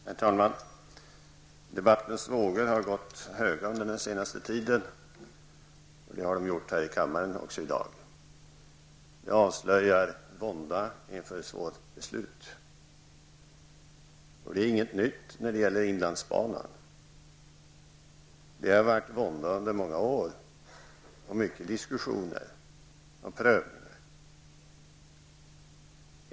Herr talman! Debattens vågor har gått höga under den senaste tiden, så också här i kammaren i dag. Det avslöjar våndan inför ett svårt beslut. Detta är ingenting nytt när det gäller inlandsbanan. Det har varit vånda under många år, många diskussioner och prövningar.